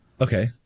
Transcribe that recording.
Okay